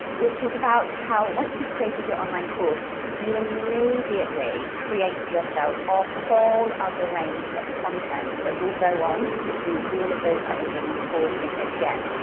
which is about how, once you've created your online course, you immediately create for yourself a whole other range of content that will go on to do all of those other things for you again.